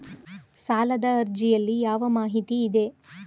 ಸಾಲದ ಅರ್ಜಿಯಲ್ಲಿ ಯಾವ ಮಾಹಿತಿ ಇದೆ?